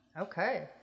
Okay